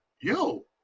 yo